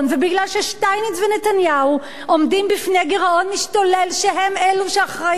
ששטייניץ ונתניהו עומדים בפני גירעון משתולל שהם אלו שאחראים לו,